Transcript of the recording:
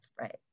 right